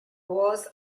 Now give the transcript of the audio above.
was